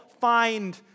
find